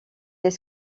les